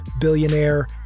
billionaire